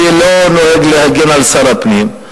אני לא נוהג להגן על שר הפנים,